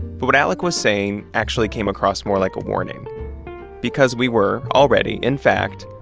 but what alec was saying actually came across more like a warning because we were already, in fact,